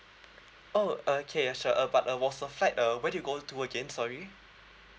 oh okay sure uh but uh was the flight uh where did you go to again sorry